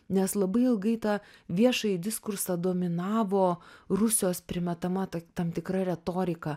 nes labai ilgai tą viešąjį diskursą dominavo rusijos primetama tam tikra retorika